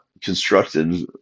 constructed